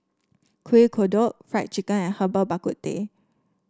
Kuih Kodok Fried Chicken and Herbal Bak Ku Teh